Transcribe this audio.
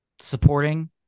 supporting